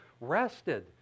rested